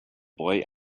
boy